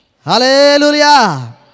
Hallelujah